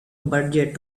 budget